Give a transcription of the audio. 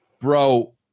bro